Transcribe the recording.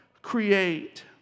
create